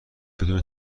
بدون